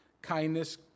kindness